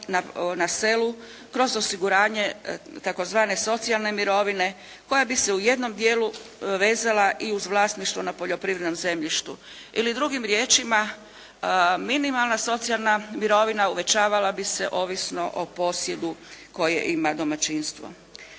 na selu kroz osiguranje tzv. socijalne mirovine koja bi se u jednom dijelu vezala i uz vlasništvo na poljoprivrednom zemljištu. Ili drugim riječima, minimalna socijalna mirovina uvećavala bi se ovisno o posjedu koje ima domaćinstvo.